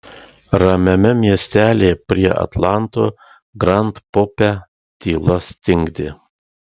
ramiame miestelyje prie atlanto grand pope tyla stingdė